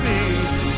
Peace